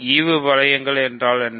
ஈவு வளையங்கள் என்றால் என்ன